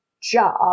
job